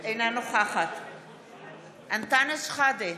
אינה נוכחת אנטאנס שחאדה,